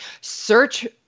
search